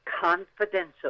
Confidential